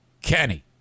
Kenny